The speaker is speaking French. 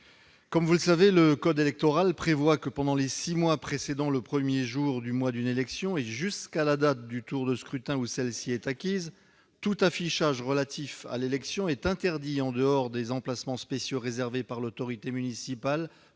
Comme vous le savez, le code électoral prévoit que pendant les six mois précédant le premier jour du mois d'une élection et jusqu'à la date du tour de scrutin où celle-ci est acquise, tout affichage relatif à l'élection est interdit en dehors des emplacements spéciaux réservés par l'autorité municipale